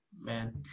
Man